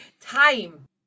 Time